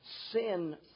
Sin